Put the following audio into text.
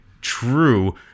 true